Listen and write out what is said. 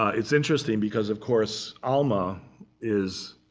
it's interesting because, of course, alma is